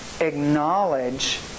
acknowledge